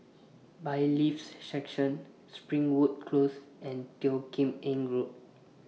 Bailiffs' Section Springwood Close and Teo Kim Eng Road